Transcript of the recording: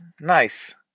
Nice